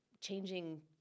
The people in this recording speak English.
changing